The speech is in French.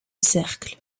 cercle